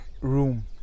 room